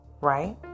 right